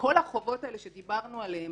שכל החובות האלה שדיברנו עליהם,